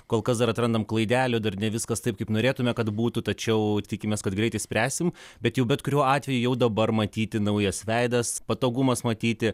kol kas dar atrandam klaidelių dar ne viskas taip kaip norėtumėme kad būtų tačiau tikimės kad greit išspręsim bet jų bet kuriuo atveju jau dabar matyti naujas veidas patogumas matyti